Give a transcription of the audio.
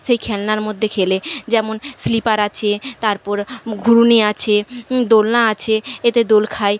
সেই খেলনার মধ্যে খেলে যেমন স্লিপার আছে তারপর ঘুরুনি আছে দোলনা আছে এতে দোল খায়